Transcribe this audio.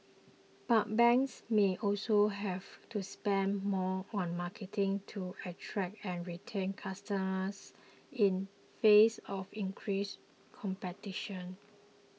but banks may also have to spend more on marketing to attract and retain customers in face of increased competition